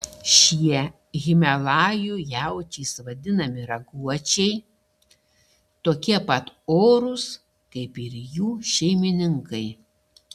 šie himalajų jaučiais vadinami raguočiai tokie pat orūs kaip ir jų šeimininkai